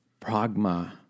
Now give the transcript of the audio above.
pragma